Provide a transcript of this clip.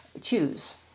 choose